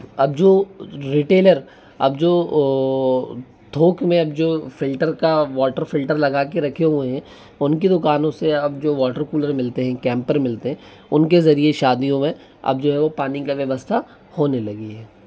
अब जो रिटेलर अब जो थोक में अब जो फ़िल्टर का वॉटर फ़िल्टर लगा के रखे हुए हैं उनकी दुकानों से अब जो वाटर कूलर कूलर मिलते हैं कैंपर मिलते हैं उनके ज़रिए शादियों में अब जो है वो पानी की व्यवस्था होने लगी है